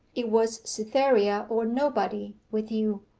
it was cytherea or nobody with you.